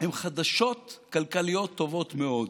הם חדשות כלכליות טובות מאוד.